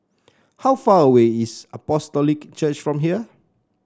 how far away is Apostolic Church from here